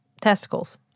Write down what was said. testicles